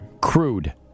Crude